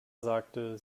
sagte